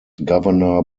governor